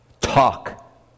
Talk